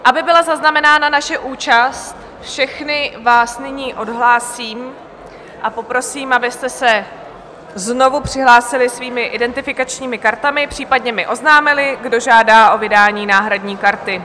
Aby byla zaznamenána naše účast, všechny vás nyní odhlásím a poprosím, abyste se znovu přihlásili svými identifikačními kartami, případně mi oznámili, kdo žádá o vydání náhradní karty.